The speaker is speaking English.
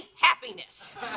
happiness